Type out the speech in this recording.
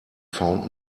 found